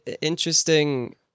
interesting